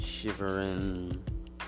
shivering